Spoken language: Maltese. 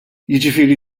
jiġifieri